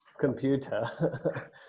computer